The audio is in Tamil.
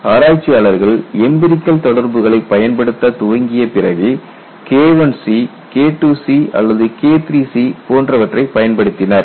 ஆராய்ச்சியாளர்கள் எம்பிரிகல் தொடர்புகளை பயன்படுத்த துவங்கிய பிறகே KIC KIIC அல்லது KIIIC போன்றவற்றை பயன்படுத்தினர்